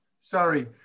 sorry